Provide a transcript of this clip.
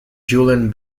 julian